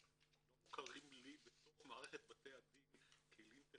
לא מוכרים לי בתוך מערכת בתי הדין כלים כאלה.